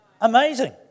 Amazing